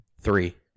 three